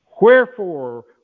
Wherefore